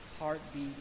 heartbeat